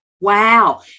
Wow